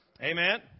amen